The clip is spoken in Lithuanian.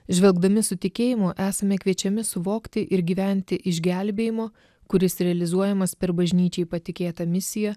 žvelgdami su tikėjimu esame kviečiami suvokti ir gyventi išgelbėjimo kuris realizuojamas per bažnyčiai patikėtą misiją